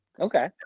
okay